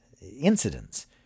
incidents